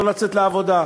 לא לצאת לעבודה,